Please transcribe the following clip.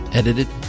edited